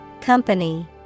Company